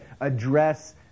address